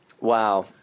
Wow